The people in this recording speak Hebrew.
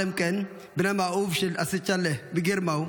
עלמקאן, בנם האהוב של אסצ'ילה וגירמאו